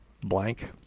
Blank